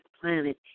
planet